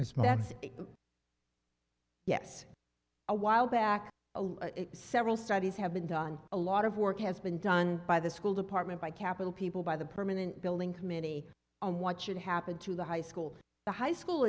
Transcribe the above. man's yes awhile back several studies have been done a lot of work has been done by the school department by capital people by the permanent building committee on what should happen to the high school the high school